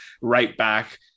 right-back